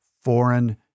foreign